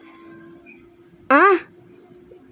ah